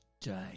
day